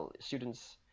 students